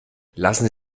lassen